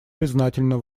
признательна